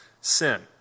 sin